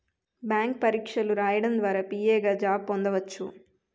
bank పరీక్షలు రాయడం ద్వారా పిఓ గా జాబ్ పొందవచ్చు